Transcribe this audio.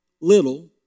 little